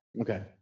Okay